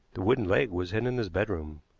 the wooden leg was hidden in his bedroom.